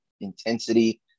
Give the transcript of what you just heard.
intensity